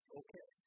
okay